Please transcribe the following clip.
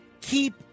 keep